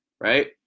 right